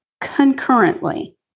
concurrently